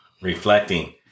reflecting